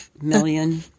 million